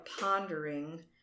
pondering